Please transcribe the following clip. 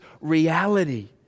reality